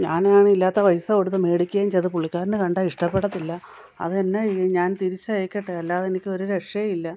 ഞാനാണേ ഇല്ലാത്ത പൈസ കൊടുത്ത് മേടിക്കുകയും ചെയ്തു പുള്ളിക്കാരന് കണ്ട ഇഷ്ടപ്പെടത്തില്ല അതു തന്നെ ഞാൻ തിരിച്ചയക്കട്ടെ അല്ലാതെ എനിക്കൊരു രക്ഷയില്ല